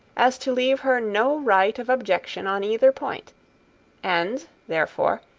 as to leave her no right of objection on either point and, therefore,